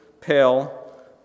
pale